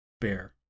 bear